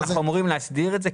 אנחנו אמורים להסדיר את זה.